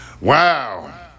Wow